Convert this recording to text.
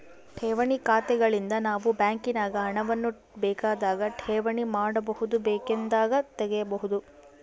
ಠೇವಣಿ ಖಾತೆಗಳಿಂದ ನಾವು ಬ್ಯಾಂಕಿನಾಗ ಹಣವನ್ನು ಬೇಕಾದಾಗ ಠೇವಣಿ ಮಾಡಬಹುದು, ಬೇಕೆಂದಾಗ ತೆಗೆಯಬಹುದು